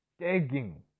tagging